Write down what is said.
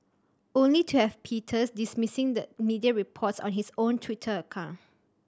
only to have Peters dismissing the media reports on his own Twitter account